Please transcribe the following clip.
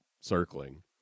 circling